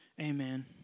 Amen